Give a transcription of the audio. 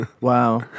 wow